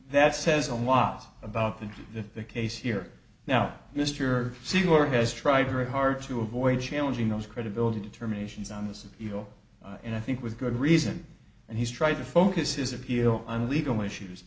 that says a lot about in the case here now mr senor has tried very hard to avoid challenging those credibility determinations on this and you know and i think with good reason and he's tried to focus his appeal on legal issues